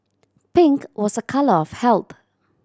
pink was a colour of health